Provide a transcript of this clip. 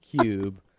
cube